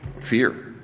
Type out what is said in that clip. Fear